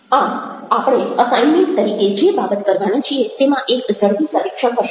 આમ આપણે અસાઇન્મેન્ટ તરીકે જે બાબત કરવાના છીએ તેમાં એક ઝડપી સર્વેક્ષણ હશે